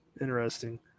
interesting